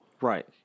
Right